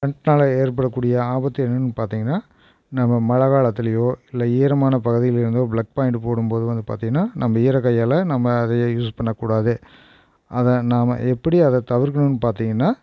கரண்ட்னால் ஏற்படக்கூடிய ஆபத்து என்னன்னு பார்த்திங்கன்னா நம்ம மழை காலத்திலேயோ இல்லை ஈரமான பகுதியிலிருந்தோ ப்ளக் பாயிண்ட் போடும்போது கொஞ்சம் பார்த்திங்கன்னா நம்ம ஈரக் கையால் நம்ம அதையே யூஸ் பண்ணக்கூடாது அதை நாம் எப்படி அதை தவிர்க்கணுன்னு பார்த்திங்கன்னா